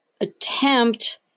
attempt